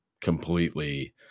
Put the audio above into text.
completely